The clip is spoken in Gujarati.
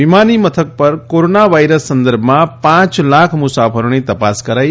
વિમાનમથકો પર કોરોના વાયરસ સંદર્ભમાં પાંચ લાખ મુસાફરોની તપાસ કરાઇ